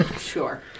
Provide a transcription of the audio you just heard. Sure